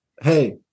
Hey